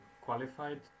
qualified